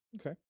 okay